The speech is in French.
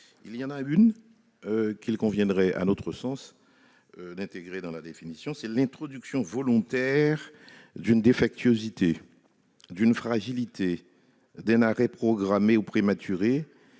Il en est une qu'il conviendrait, à notre sens, d'intégrer dans la définition de celle-ci : l'introduction volontaire d'une défectuosité, d'une fragilité, d'un arrêt programmé ou prématuré,